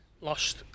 lost